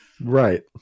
Right